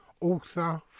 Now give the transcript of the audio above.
author